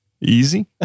Easy